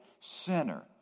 sinner